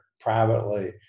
privately